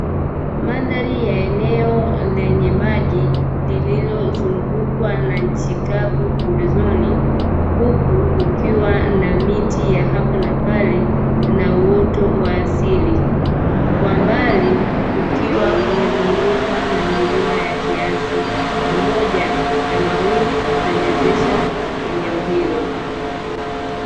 Mandhari ya eneo lenye maji lililozungukwa na nchi kavu pembezoni, huku kukiwa na miti ya hapa na pale na uoto wa asili kwa mbali kukiwa kumezungukwa na milima ya kiasi, pamoja na mawingu kupendezesha eneo hilo.